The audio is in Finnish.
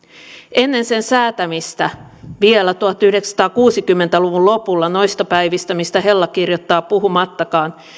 ennen sen säätämistä vielä tuhatyhdeksänsataakuusikymmentä luvun lopulla noista päivistä mistä hella kirjoittaa puhumattakaan